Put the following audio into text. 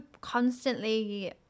constantly